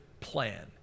plan